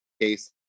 case